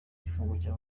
gufungwa